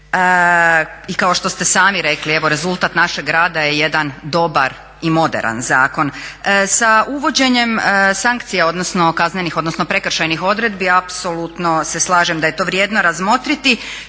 I kao što ste sami rekli rezultat našeg rada je jedan dobar i moderan zakon. Sa uvođenjem sankcija odnosno kaznenih odnosno prekršajnih odredbi apsolutno se slažem da je to vrijedno razmotriti.